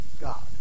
God